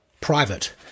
private